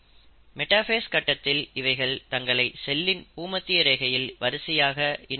metaphase கட்டத்தில் இவைகள் தங்களை செல்லின் பூமத்திய ரேகையில் வரிசையாக இணைந்து இருக்கும்